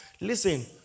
Listen